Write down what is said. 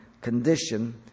condition